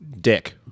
dick